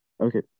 Okay